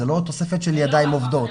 זאת לא תוספת של ידיים עובדות.